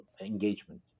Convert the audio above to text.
engagement